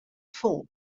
fûn